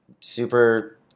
super